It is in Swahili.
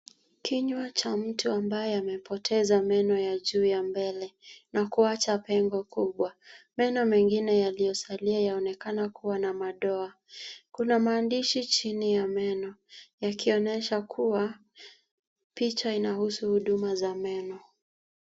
KInywa cha mtu ambaye amepoteza meno ya juu ya mbele na kuwacha pengo kubwa. Meno mengine yaliyosalia yaonekana kuwa na madoa. Kuna maandishi chini ya meno, yakionyesha kuwa picha inahusu huduma za meno.